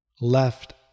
Left